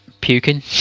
puking